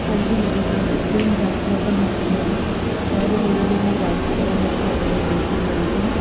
ਹਾਂਜੀ ਮੇਰੇ ਕੋਲ ਇੱਕ ਮਜ਼ਾਕੀਆ ਕਹਾਣੀ ਹੈ ਸ਼ਾਇਦ ਉਹ ਮੇਰੇ ਲਈ ਮਜ਼ਾਕੀਆ ਹੈ ਤੁਹਾਡੇ ਲਈ ਵੀ ਹੋਵੇਗੀ